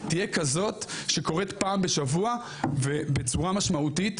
תהיה כזאת שקורית פעם בשבוע ובצורה משמעותית,